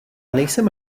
nejsem